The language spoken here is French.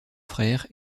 frère